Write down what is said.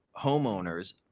homeowners